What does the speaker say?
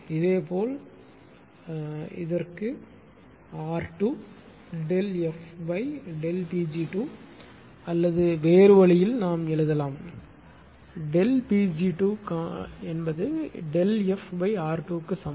இதேபோல் இதற்கு R 2 FΔ Pg2அல்லது வேறு வழியில் நாம் எழுதலாம் Pg2 FR2 க்கு சமம்